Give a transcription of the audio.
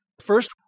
First